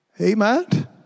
Amen